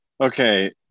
Okay